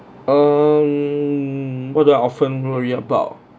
um what do I often worry about